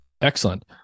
Excellent